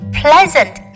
pleasant